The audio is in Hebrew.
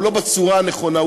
הוא לא בצורה הנכונה,